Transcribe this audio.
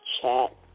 chat